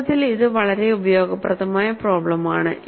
വാസ്തവത്തിൽ ഇത് വളരെ ഉപയോഗപ്രദമായ പ്രോബ്ലെമാണ്